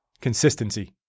consistency